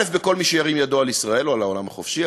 בכל מי שירים ידו על ישראל או על העולם החופשי,